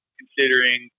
considering